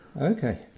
Okay